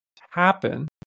happen